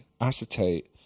acetate